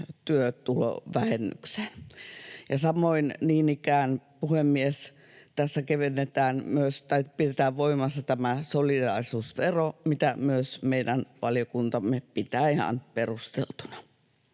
työtulovähennykseenkin. Ja samoin niin ikään, puhemies, tässä pidetään voimassa tämä solidaarisuusvero, mitä myös meidän valiokuntamme pitää ihan perusteltuna.